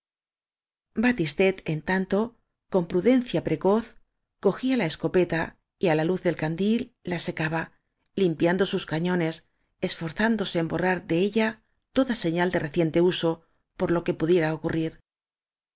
batistet en tanto con prudencia precoz cogía la escopeta y á la luz del candil la seca ba limpiando sus cañones esforzándose en borrar de ella toda señal de reciente uso por lo que pudiera ocurrir